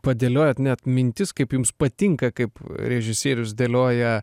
padėliojot net mintis kaip jums patinka kaip režisierius dėlioja